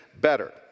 better